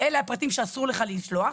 אלה הפרטים שאסור לך לשלוח,